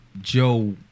Joe